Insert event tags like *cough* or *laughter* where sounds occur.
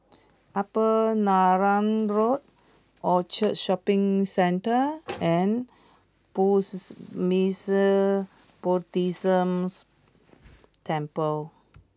Upper Neram Road Orchard Shopping Centre *noise* and Burmese Buddhist Temple